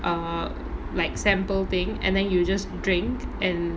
err like sample thing and then you just drink and